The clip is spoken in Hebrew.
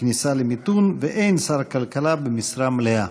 מכניסה למיתון, ואין שר כלכלה במשרה מלאה.